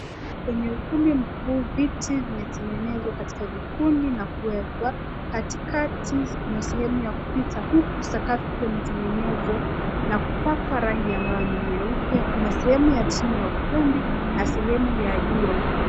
Kwenye ukumbi mkuu, viti vimetengenezwa katika vikundi na kuwekwa. Katikati kuna sehemu ya kupita huku sakafu ikiwa imetengenezwa na kupakwa rangi ambayo ni nyeupe. Kuna sehemu ya chini ya ukumbi na sehemu ya juu ya ukumbi.